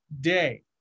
day